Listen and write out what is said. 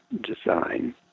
design